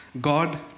God